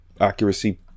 accuracy